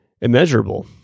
immeasurable